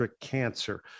cancer